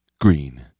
green